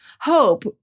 Hope